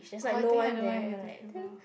oh I think I know what you're talking about